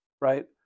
right